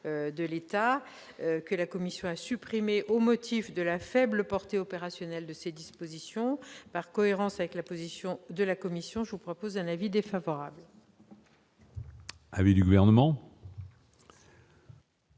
national que la commission a supprimé au motif de la faible portée opérationnelle d'une telle disposition. Par cohérence avec la position de la commission, j'émets un avis défavorable.